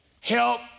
help